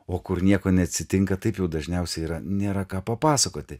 o kur nieko neatsitinka taip jau dažniausiai yra nėra ką papasakoti